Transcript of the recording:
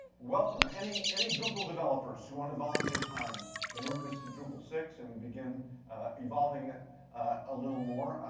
welcome any any drupal developers who want to volunteer time to move this to drupal six and begin involving it a little more.